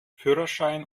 führerschein